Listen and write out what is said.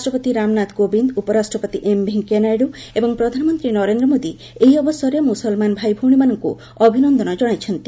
ରାଷ୍ଟ୍ରପତି ରାମନାଥ କୋବିନ୍ଦ ଉପରାଷ୍ଟ୍ରପତି ଏମ ଭେଙ୍କୟା ନାଇଡୁ ଏବଂ ପ୍ରଧାନମନ୍ତ୍ରୀ ନରେନ୍ଦ୍ର ମୋଦି ଏହି ଅବସରରେ ମୁସଲମାନ ଭାଇଉଭଣୀଙ୍କୁ ଅଭିନନ୍ଦନ ଜଣାଇଛନ୍ତି